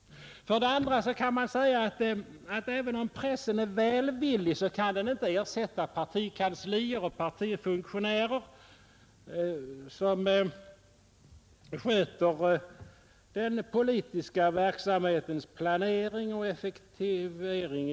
För det andra kan sägas att även om pressen är välvillig, kan den inte ersätta partikanslier och partifunktionärer, som i stor utsträckning sköter den politiska verksamhetens planering och effektuering.